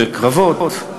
בקרבות,